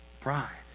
pride